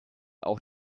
auch